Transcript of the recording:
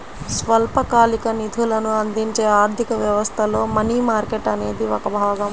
స్వల్పకాలిక నిధులను అందించే ఆర్థిక వ్యవస్థలో మనీ మార్కెట్ అనేది ఒక భాగం